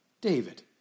David